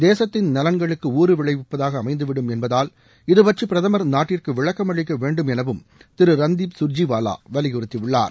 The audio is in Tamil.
தேசத்தின் நலன்களுக்கு ஊறுவிளைவிப்பதாக அமைந்துவிடும் என்பதால் இதுபற்றி பிரதமர் நாட்டிற்கு விளக்கமளிக்க வேண்டும் எனவும் திரு ரன்தீப் சுர்ஜிவாலா வலியுறுத்தியுள்ளார்